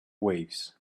waves